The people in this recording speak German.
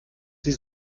sie